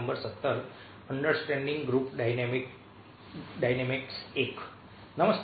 નમસ્તે